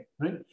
right